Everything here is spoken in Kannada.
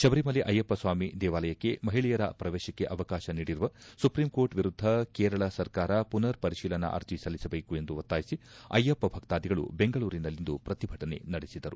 ಶಬರಿ ಮಲೆ ಅಯ್ಯಪ್ಪ ಸ್ವಾಮಿ ದೇವಾಲಯಕ್ಕೆ ಮಹಿಳೆಯರ ಪ್ರವೇಶಕ್ಕೆ ಅವಕಾಶ ನೀಡಿರುವ ಸುಪ್ರೀಂಕೋರ್ಟ್ ವಿರುದ್ದ ಕೇರಳ ಸರ್ಕಾರ ಪುನರ್ ಪರಿಶೀಲನಾ ಅರ್ಜ ಸಲ್ಲಿಸಬೇಕು ಎಂದು ಒತ್ತಾಯಿಸಿ ಅಯ್ಯಪ್ಪ ಭಕ್ತಾದಿಗಳು ಬೆಂಗಳೂರಿನಲ್ಲಿಂದು ಪ್ರತಿಭಟನೆ ನಡೆಸಿದರು